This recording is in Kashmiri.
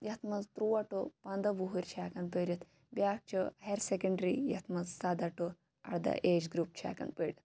یَتھ مَنٛز تٕرُواہ ٹُو پَنٛداہ وٕہٕرۍ چھِ چھِ ہیٚکان پٔرِتھ بیاکھ چھُ ہایَر سیٚکَنٛڑری یتھ مَنٛز سَداہ ٹُو اَرداہ ایٚج گرُپ چھِ ہیٚکان پٔرِتھ